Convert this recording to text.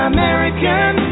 American